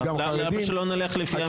למה שלא נלך לפי המלצת הייעוץ המשפטי?